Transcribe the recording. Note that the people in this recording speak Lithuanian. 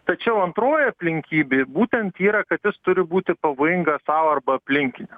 tačiau antroji aplinkybė būtent yra kad jis turi būti pavojingas sau arba aplinkiniam